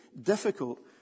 difficult